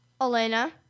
Elena